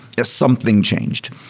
yeah something changed.